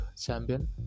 champion